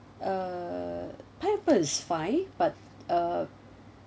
uh pineapple is fine but uh